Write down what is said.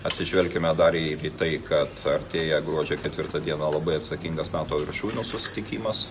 atsižvelkime dar ir į tai kad artėja gruodžio ketvirtą dieną labai atsakingas nato viršūnių susitikimas